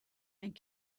and